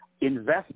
invest